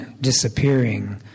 disappearing